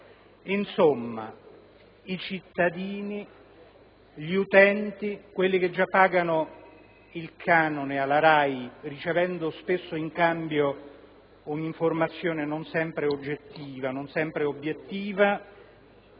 Insomma, i cittadini, gli utenti, quelli che pagano il canone alla RAI ricevendo spesso in cambio un'informazione non sempre oggettiva